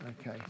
Okay